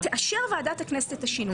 תאשר ועדת הכנסת את השינוי.